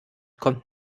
kommt